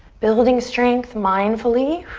building strength mindfully.